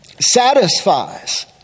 satisfies